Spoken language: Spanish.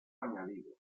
añadido